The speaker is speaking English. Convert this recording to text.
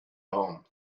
home